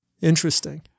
Interesting